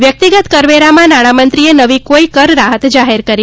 વ્યક્તિગત કરવેરામાં નાણામંત્રીએ નવી કોઇ કરરાહત જાહેર કરી નથી